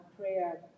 prayer